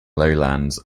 lowlands